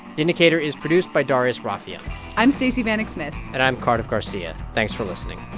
the indicator is produced by darius rafieyan i'm stacey vanek smith and i'm cardiff garcia. thanks for listening